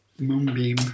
Moonbeam